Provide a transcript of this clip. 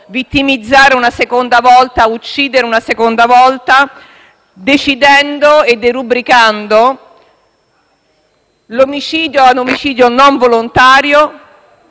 vittimizzare una seconda volta, uccidere una seconda volta, derubricando il reato ad omicidio non volontario